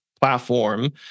platform